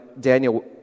Daniel